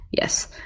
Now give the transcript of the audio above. Yes